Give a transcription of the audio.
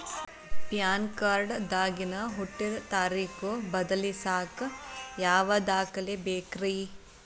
PAN card ದಾಗಿನ ಹುಟ್ಟಿದ ತಾರೇಖು ಬದಲಿಸಾಕ್ ಯಾವ ದಾಖಲೆ ಬೇಕ್ರಿ?